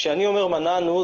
כשאני אומר מנענו,